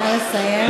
נא לסיים.